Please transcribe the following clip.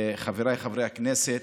חבריי חברי הכנסת,